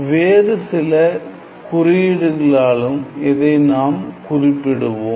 வேறுசில குறியீடுகளாலும் இதை நாம் குறிப்பிடுவோம்